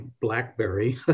Blackberry